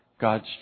God's